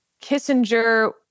Kissinger